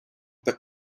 but